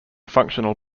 functional